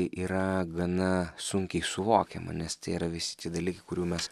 yra gana sunkiai suvokiama nes tai yra visi tie dalykai kurių mes